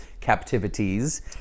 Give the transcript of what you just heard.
captivities